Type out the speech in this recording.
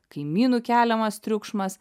kaimynų keliamas triukšmas